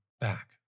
back